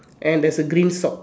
and there is green sock